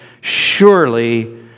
surely